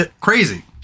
crazy